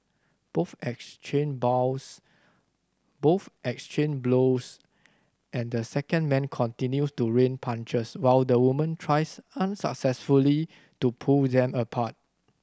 both exchange bows both exchange blows and the second man continues to rain punches while the woman tries unsuccessfully to pull them apart